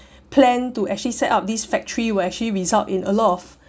plan to actually set up these factory will actually result in a lot of